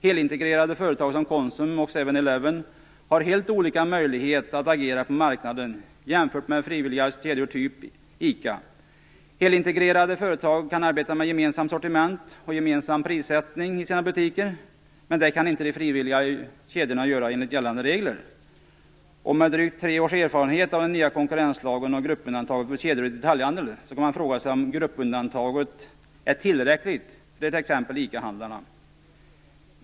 Helintegrerade företag som Konsum och 7-Eleven har helt olika möjlighet att agera på marknaden jämfört med frivilliga kedjor av typen ICA. Helintegrerade företag kan arbeta med gemensamt sortiment och gemensam prissättning i sina butiker, men det kan inte de frivilliga kedjorna göra enligt gällande regler. Med drygt tre års erfarenhet av den nya konkurrenslagen och gruppundantaget för kedjor i detaljhandel kan man fråga sig om gruppundantaget är tillräckligt för t.ex. ICA-handlarna.